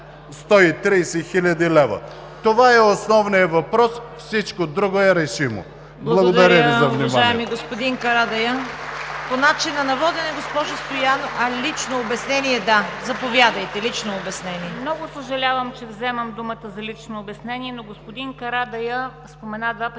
130 хил. лв. Това е основният въпрос. Всичко друго е решимо. Благодаря Ви за вниманието.